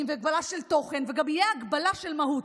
והגבלה של תוכן וגם תהיה הגבלה של מהות.